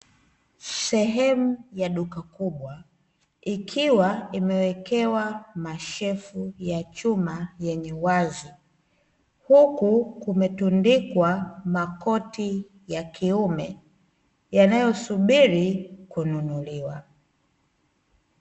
Sehemu ya duka kubwa ikiwa imewekewa mashelfu ya chuma yenye uwazi, huku kumetundikwa makoti ya kiume yanayosubiri kununuliwa.